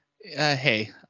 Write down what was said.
hey